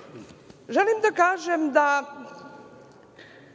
cenom. Želim da kažem da